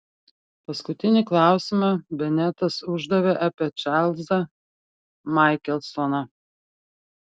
paskutinį klausimą benetas uždavė apie čarlzą maikelsoną